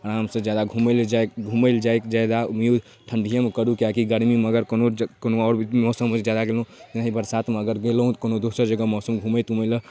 आराम से जादा घुमऽ ले जाइ घुम ले जाइके जादा किएकि गर्मीमे अगर कोनो कोनो आओर मौसममे जादा गेलहुॅं कहींँ बरसातमे अगर गेलहुॅं कोनो दोसर जगह मौसम घुमै तुमै लए